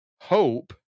hope